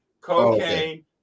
cocaine